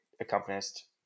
accompanist